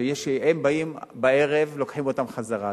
הם באים, ובערב לוקחים אותם חזרה.